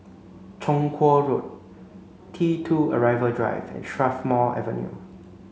Chong Kuo Road T two Arrival Drive and Strathmore Avenue